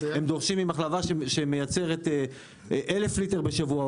הם דורשים ממחלבה שמייצרת 1000 ליטר בשבוע,